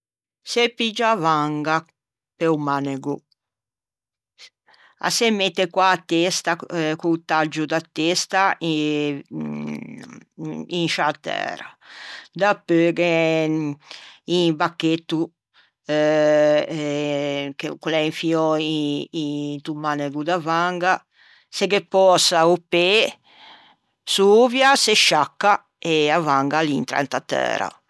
Se piggia a vanga e o manego a se mette co-a testa co-o taggio da testa eh in sciâ tæra. Dapeu gh'é un bacchetto eh ch'o l'é eh infiou into manego da vanga, se ghe pösa o pê sovia, se sciacca e a vanga a l'intra inta tæra.